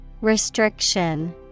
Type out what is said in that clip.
Restriction